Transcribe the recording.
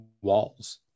walls